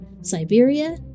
Siberia